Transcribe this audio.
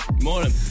Morning